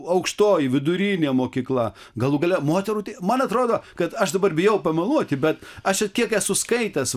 aukštoji vidurinė mokykla galų gale moterų tei man atrodo kad aš dabar bijau pameluoti bet aš kiek esu skaitęs